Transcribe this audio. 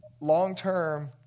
long-term